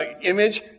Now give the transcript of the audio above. image